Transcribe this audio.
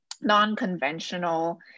non-conventional